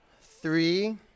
Three